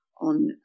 on